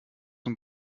und